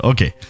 Okay